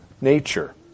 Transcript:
nature